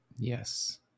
Yes